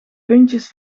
puntjes